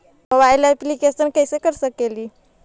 Mobile application कैसे कर सकेली?